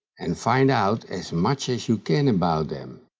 and find out as much as you can about them,